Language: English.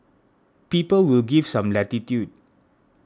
people will give some latitude